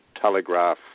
telegraph